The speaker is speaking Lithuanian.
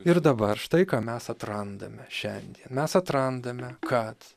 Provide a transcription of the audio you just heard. ir dabar štai ką mes atrandame šiandien mes atrandame kad